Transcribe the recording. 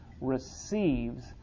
receives